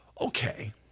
Okay